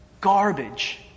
garbage